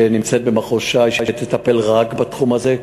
שנמצאת במחוז ש"י, שתטפל רק בתחום הזה.